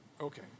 Okay